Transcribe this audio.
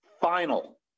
Final